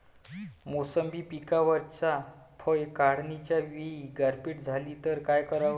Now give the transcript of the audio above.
मोसंबी पिकावरच्या फळं काढनीच्या वेळी गारपीट झाली त काय कराव?